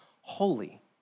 holy